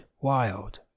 wild